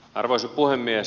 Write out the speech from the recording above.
arvoisa puhemies